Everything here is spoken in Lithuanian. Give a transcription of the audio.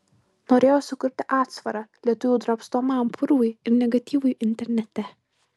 norėjau sukurti atsvarą lietuvių drabstomam purvui ir negatyvui internete